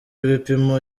ibipimo